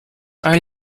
are